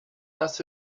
thus